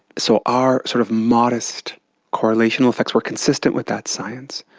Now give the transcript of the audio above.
so our sort of modest correlational effects were consistent with that science.